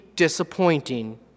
disappointing